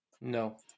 No